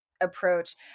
approach